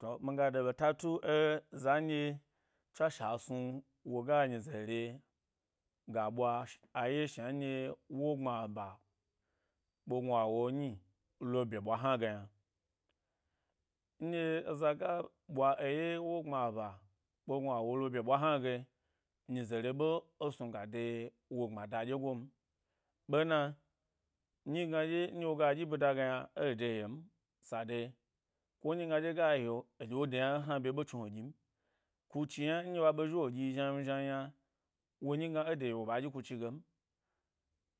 Қai, miga da ɓeta tu ẻ za ndye tswashe a snu woga nyize re ga ɓwa sh, aye shna nɗye wogbmaba kpe gnuawo nyi lo ɓye ɓwa hna ge yna; nɗye eza ga ɓwa eye wo gbmaba kpe gnuawo lo bye ɓwa hna ge, nyize re ɓe, e snuga, de wo gbmada ɗye go m ɓena, nyigna ɗye nɗye woga ɗyi ɓida ge yna, ẻ-de ye’m sade, ko nyigna ɗye ga ye’o eɗye wo ɗyim, kuchi yna nɗye wa ɓe wo ɗyi zhnan zhnan yna wo nyi gna e de ye’o wo ɓa ɗyi kuchi gem,